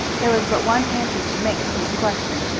there was but one answer to make to this question.